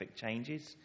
changes